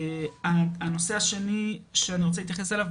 הנושא השני שאני רוצה להתייחס אליו,